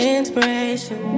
inspiration